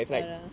அதான்:athaan